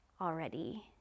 already